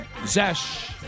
Zesh